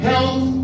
Health